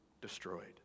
destroyed